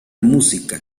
música